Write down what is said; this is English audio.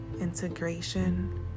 integration